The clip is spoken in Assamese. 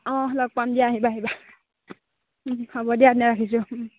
অঁ লগ পাম দিয়া আহিবা আহিবা হ'ব দিয়া তেন্তে ৰাখিছোঁ